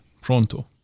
Pronto